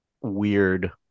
weird